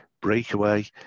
breakaway